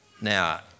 Now